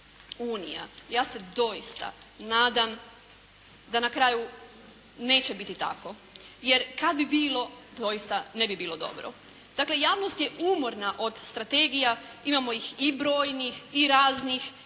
Ja se doista nadam da na kraju neće biti tako jer kad bi bilo doista ne bi bilo dobro. Dakle javnost je umorna od strategija. Imamo ih i brojnih i raznih